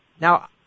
Now